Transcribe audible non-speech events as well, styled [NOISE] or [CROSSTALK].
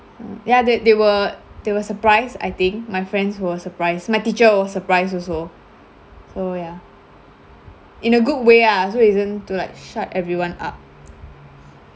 [NOISE] ya they they were they were surprised I think my friends were surprised my teacher was surprised also so ya in a good way ya so isn't to like shut everyone up